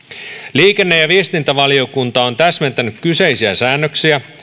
liikenne ja viestintävaliokunta on täsmentänyt kyseisiä säännöksiä